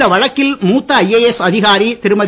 இந்த வழக்கில் மூத்த ஐஏஎஸ் அதிகாரி திருமதி